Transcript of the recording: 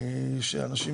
שאנשים